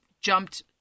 jumped